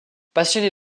passionné